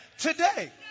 Today